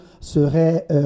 serait